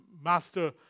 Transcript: Master